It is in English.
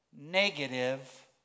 negative